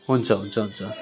हुन्छ हुन्छ हुन्छ